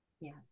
Yes